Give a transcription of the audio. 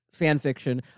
fanfiction